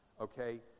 okay